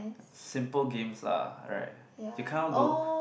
simple games lah right you cannot go